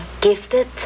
gifted